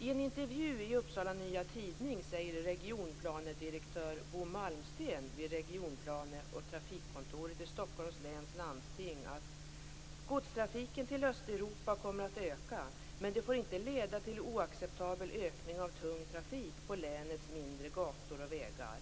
I en intervju i Upsala Nya Tidning säger regionplanedirektör Bo Malmsten vid regionplane och trafikkontoret vid Stockholms läns landsting: "- Godstrafiken till Östeuropa kommer att öka, men det får inte leda till oacceptabel ökning av tung trafik på länets mindre gator och vägar.